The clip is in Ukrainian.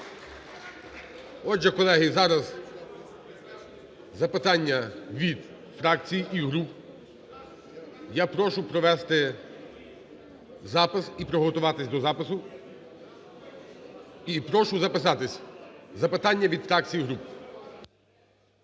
Отже, колеги, зараз запитання від фракцій і груп. Я прошу провести запис і приготуватись до запису. І прошу записатись: запитання від фракцій і груп.